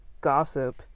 Gossip